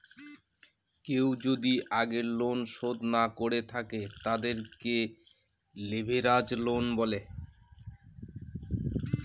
কেউ যদি আগের লোন শোধ না করে থাকে, তাদেরকে লেভেরাজ লোন বলে